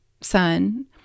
son